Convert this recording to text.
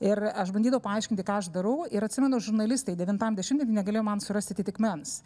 ir aš bandydavau paaiškinti ką aš darau ir atsimenu žurnalistai devintam dešimtmety negalėjo man surasti atitikmens